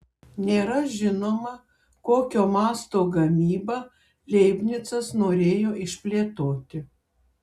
nėra žinoma kokio masto gamybą leibnicas norėjo išplėtoti